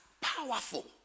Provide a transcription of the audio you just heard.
powerful